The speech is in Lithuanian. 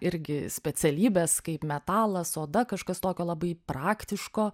irgi specialybės kaip metalas oda kažkas tokio labai praktiško